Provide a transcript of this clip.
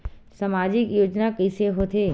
सामजिक योजना कइसे होथे?